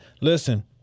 Listen